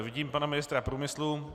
Vidím pana ministra průmyslu.